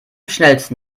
schnellsten